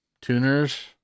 tuners